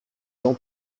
jean